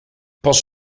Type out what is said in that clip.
pas